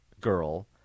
girl